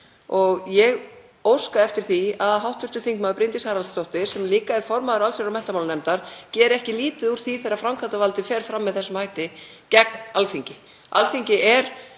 og ég óska eftir því að hv. þm. Bryndís Haraldsdóttir, sem líka er formaður allsherjar- og menntamálanefndar, geri ekki lítið úr því þegar framkvæmdarvaldið fer fram með þessum hætti gegn Alþingi.